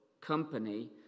company